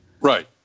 Right